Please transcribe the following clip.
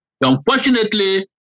Unfortunately